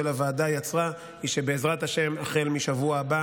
הוועדה יצרה הוא שבעזרת השם החל משבוע הבא